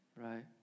Right